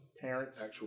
parents